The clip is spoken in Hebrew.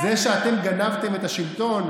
זה שאתם גנבתם את השלטון,